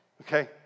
okay